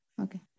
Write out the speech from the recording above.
okay